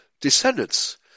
descendants